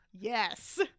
Yes